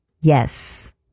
Yes